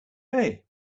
hey